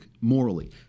morally